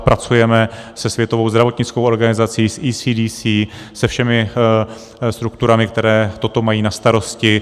Pracujeme se Světovou zdravotnickou organizací, s ECDC, se všemi strukturami, které to mají na starosti.